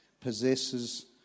possesses